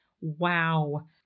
Wow